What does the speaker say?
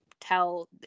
tell